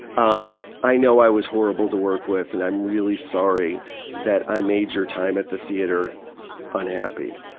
um i know i was horrible to work with and i'm really sorry that i made your time at the theater unhappy,